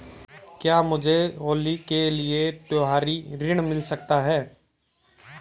क्या मुझे होली के लिए त्यौहारी ऋण मिल सकता है?